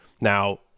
Now